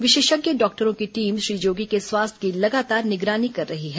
विशेषज्ञ डॉक्टरों की टीम श्री जोगी के स्वास्थ्य की लगातार निगरानी कर रही है